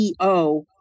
CEO